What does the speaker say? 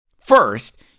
First